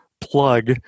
plug